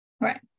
Right